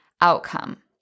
outcome